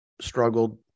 struggled